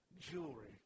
jewelry